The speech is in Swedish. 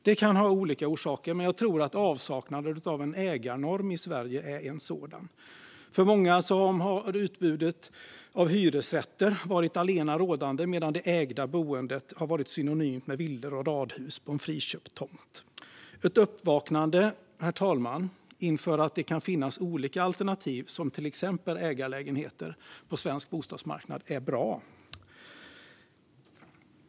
Detta kan ha olika orsaker, men jag tror att avsaknaden av en ägarnorm i Sverige är en sådan. För många har utbudet av hyresrätter varit allenarådande, medan det ägda boendet har varit synonymt med villor och radhus på en friköpt tomt. Ett uppvaknade inför att det kan finnas olika alternativ, till exempel ägarlägenheter, på svensk bostadsmarknad är bra.